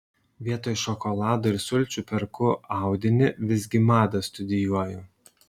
vietoj šokolado ir sulčių perku audinį visgi madą studijuoju